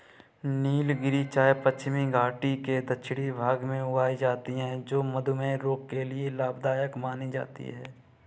नीलगिरी चाय पश्चिमी घाटी के दक्षिणी भाग में उगाई जाती है जो मधुमेह रोग के लिए लाभदायक मानी जाती है